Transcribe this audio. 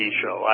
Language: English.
show